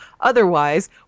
Otherwise